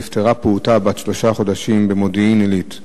נפטרה פעוטה בת שלושה חודשים במודיעין-עילית.